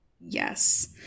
yes